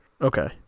Okay